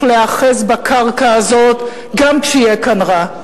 להיאחז בקרקע הזאת גם כשיהיה כאן רע.